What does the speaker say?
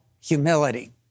humility